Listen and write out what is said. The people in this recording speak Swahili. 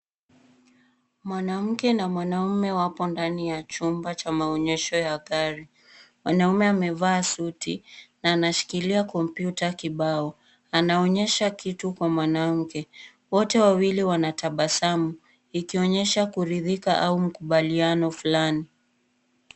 Mwanamke na mwanaume wapo ndani ya chumba cha maonyesho ya gari. Mwanaume amevaa suti na anashikilia kompyuta kibao. Anaonyesha kitu kwa mwanamke . Wote wawili wanatabasamu, ikionyesha kuridhika au mkubaliano fulani.